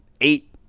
eight